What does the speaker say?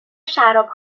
شراب